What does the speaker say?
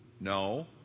No